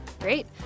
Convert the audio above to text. Great